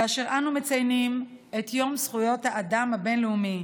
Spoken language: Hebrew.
כאשר אנו מציינים את יום זכויות האדם הבין-לאומי,